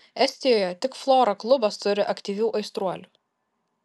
estijoje tik flora klubas turi aktyvių aistruolių